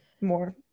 more